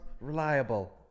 reliable